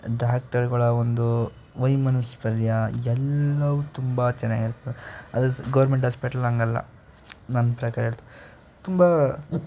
ಡಾಕ್ಟರ್ಗಳ ಒಂದೂ ವೈಮನಸ್ಯ ಎಲ್ಲವೂ ತುಂಬ ಚೆನ್ನಾಗಿರ್ತದೆ ಆದರೆ ಗೊರ್ಮೆಂಟ್ ಆಸ್ಪಿಟ್ಲ್ ಹಂಗಲ್ಲ ನನ್ನ ಪ್ರಕಾರ ತುಂಬ